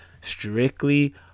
strictly